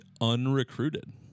unrecruited